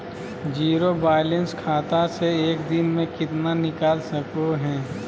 Zero balance खाता से एक दिन में कितना निकाल सको है?